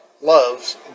loves